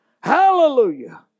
Hallelujah